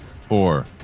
four